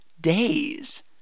days